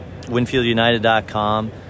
WinfieldUnited.com